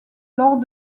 lors